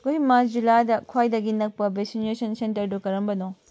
ꯀꯣꯍꯤꯃꯥ ꯖꯤꯜꯂꯥꯗ ꯈ꯭ꯋꯥꯏꯗꯒꯤ ꯅꯛꯄ ꯚꯦꯛꯁꯤꯅꯦꯁꯟ ꯁꯦꯟꯇꯔꯗꯨ ꯀꯔꯝꯕꯅꯣ